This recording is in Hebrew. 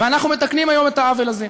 ואנחנו מתקנים היום את העוול הזה,